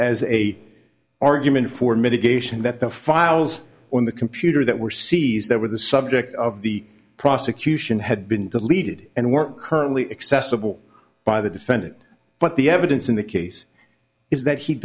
as a argument for mitigation that the files on the computer that were seized that were the subject of the prosecution had been deleted and were currently accessible by the defendant but the evidence in the case is that he